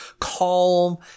calm